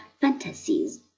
fantasies